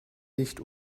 licht